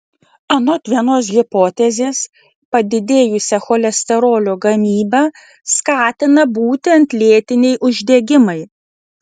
anot vienos hipotezės padidėjusią cholesterolio gamybą skatina būtent lėtiniai uždegimai